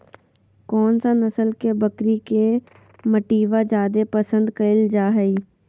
कौन सा नस्ल के बकरी के मीटबा जादे पसंद कइल जा हइ?